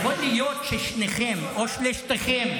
יכול להיות ששניכם או שלושתכם,